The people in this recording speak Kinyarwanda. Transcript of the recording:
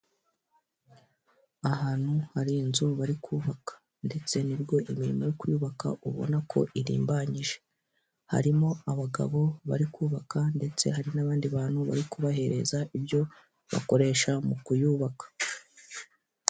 Ahantu hari inzu bari kubaka ndetse nibwo imirimo yo kuyubaka ubona ko irimbanyije, harimo abagabo bari kubaka ndetse hari n'abandi bantu bari kubahereza ibyo bakoresha mu kuyubaka.